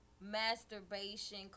masturbation